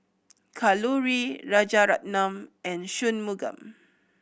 Kalluri Rajaratnam and Shunmugam